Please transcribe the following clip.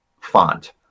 font